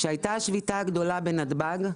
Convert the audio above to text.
כשהייתה השביתה הגדולה בנתב"ג,